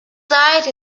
site